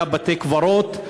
היו בתי-קברות,